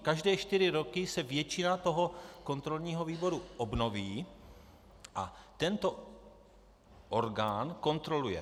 Každé čtyři roky se většina kontrolního výboru obnoví, a tento orgán kontroluje.